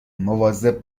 مواظب